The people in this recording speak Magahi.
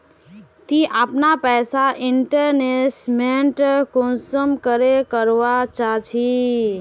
ती अपना पैसा इन्वेस्टमेंट कुंसम करे करवा चाँ चची?